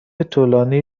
طولانی